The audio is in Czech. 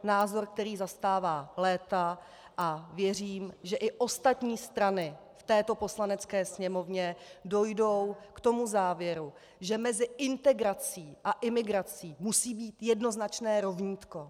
Názor, který zastává léta, a věřím, že i ostatní strany v této Poslanecké sněmovně dojdou k tomu závěru, že mezi integrací a imigrací musí být jednoznačné rovnítko.